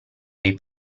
dei